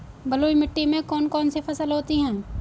बलुई मिट्टी में कौन कौन सी फसल होती हैं?